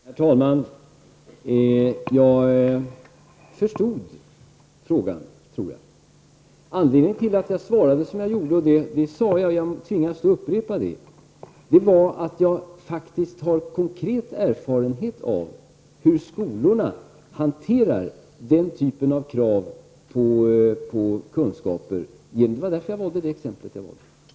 Herr talman! Jag tror att jag förstod frågan. Anledningen till att jag svarade på detta sätt, vilket jag nu tvingas upprepa, var att jag har konkret erfarenhet av hur skolorna hanterar den typen av krav på kunskaper. Det var därför jag valde det exemplet.